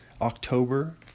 October